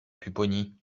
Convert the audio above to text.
pupponi